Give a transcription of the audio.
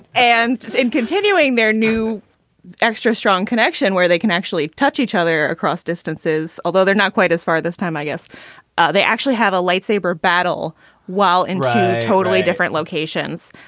and in continuing their new extra strong connection where they can actually touch each other across distances, although they're not quite as far this time, i guess they actually have a light saber battle while in totally different locations.